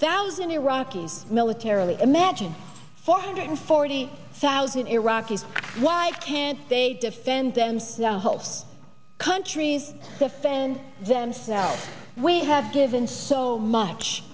thousand iraqis militarily imagine four hundred forty thousand iraqis why can't they defend themselves countries defend themselves we have given so much